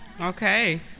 Okay